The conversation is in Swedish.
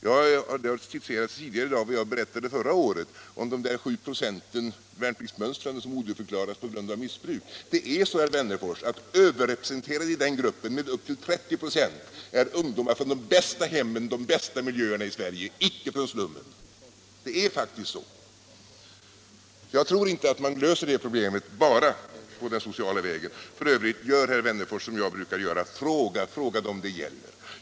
Det citerades i dag vad jag förra året berättade om, de 7 26 värnpliktsmönstrande som odugligförklarades på grund av missbruk. Det är faktiskt så, herr Wennerfors, att överrepresenterade i denna grupp med upp till 30 ?6 är ungdomar från de bästa hemmen, från de bästa miljöerna i Sverige — icke från slummen. Jag tror inte att man löser problemet bara genom sociala åtgärder. F. ö., herr Wennerfors, gör som jag brukar göra: Fråga dem det gäller!